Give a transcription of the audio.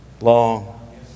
long